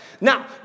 Now